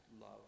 love